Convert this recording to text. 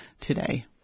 today